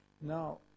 Now